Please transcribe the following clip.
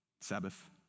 Sabbath